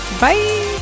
bye